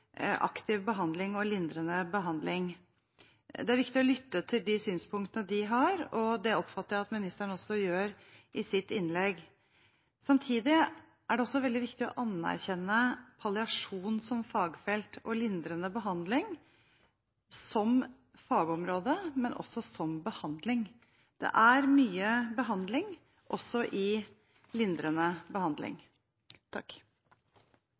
de synspunktene de har, og det oppfatter jeg også at ministeren gjør i sitt innlegg. Samtidig er det veldig viktig å anerkjenne palliasjon som fagfelt og lindrende behandling – som fagområde, men også som behandling. Det er mye behandling også i lindrende behandling.